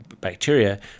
bacteria